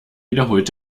wiederholt